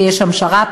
ויש שם שר"פ,